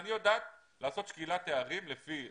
שהיא יודעת לעשות שקילת תארים לפי החוק.